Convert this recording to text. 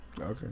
Okay